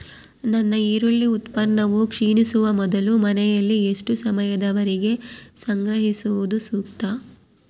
ನನ್ನ ಈರುಳ್ಳಿ ಉತ್ಪನ್ನವು ಕ್ಷೇಣಿಸುವ ಮೊದಲು ಮನೆಯಲ್ಲಿ ಎಷ್ಟು ಸಮಯದವರೆಗೆ ಸಂಗ್ರಹಿಸುವುದು ಸೂಕ್ತ?